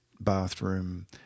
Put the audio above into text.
bathroom